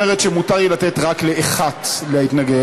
אומרת שמותר לי לתת רק לאחת להתנגד.